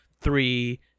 three